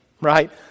Right